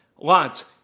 Lots